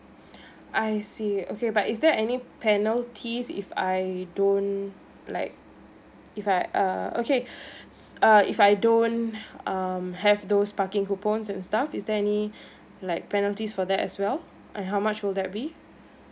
I see okay but is there any penalties if I don't like if I uh okay err if I don't um have those parking coupons and stuff is there any like penalties for that as well and how much will that be